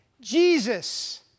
Jesus